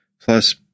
plus